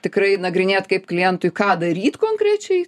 tikrai nagrinėt kaip klientui ką daryt konkrečiai